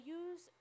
use